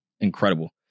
incredible